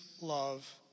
love